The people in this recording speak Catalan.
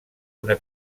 una